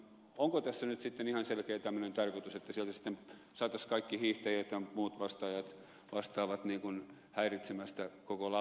onko tässä nyt sitten ihan selkeä tämmöinen tarkoitus että sieltä sitten saataisiin kaikki hiihtäjät ja muut vastaavat häiritsemästä koko lappia